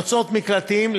יוצאות מקלטים,